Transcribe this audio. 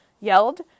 yelled